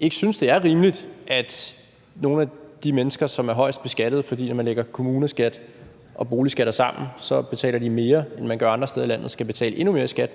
ikke synes, det er rimeligt, at nogle af de mennesker, som er de højst beskattede, fordi de, når man lægger kommuneskat og boligskatter sammen, betaler mere, end man gør andre steder i landet, nu skal betale endnu mere i skat?